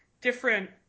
different